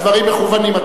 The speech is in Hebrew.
הדברים מכוונים,